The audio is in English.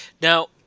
Now